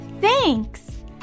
Thanks